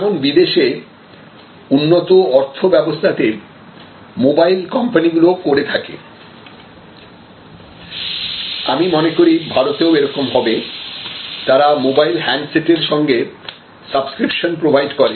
যেমন বিদেশে উন্নত অর্থব্যবস্থাতে মোবাইল কোম্পানিগুলো করে থাকে আমি মনে করি ভারতেও এরকম হবে তারা মোবাইল হ্যান্ডসেটের সঙ্গে সাবস্ক্রিপশন প্রোভাইড করে